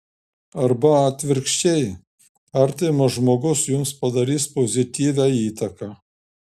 arba atvirkščiai artimas žmogus jums padarys pozityvią įtaką